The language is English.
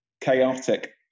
chaotic